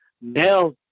Now